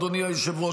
אדוני היושב-ראש,